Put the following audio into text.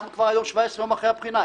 אנחנו כבר היום 17 יום אחרי הבחינה.